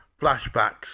flashbacks